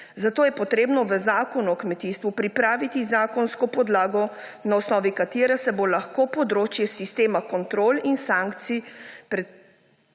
zato je treba v Zakonu o kmetijstvu pripraviti zakonsko podlago, na osnovi katere bo lahko področje sistema kontrol in sankcij